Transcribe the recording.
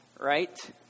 Right